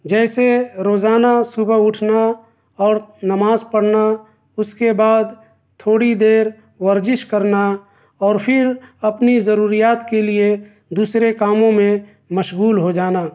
جیسے روزانہ صبح اٹھنا اور نماز پڑھنا اس کے بعد تھوڑی دیر ورجش کرنا اور پھر اپنی ضروریات کے لیے دوسرے کاموں میں مشغول ہو جانا